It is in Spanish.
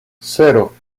cero